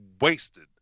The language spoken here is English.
wasted